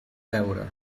beure